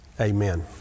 Amen